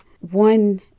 One